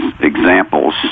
examples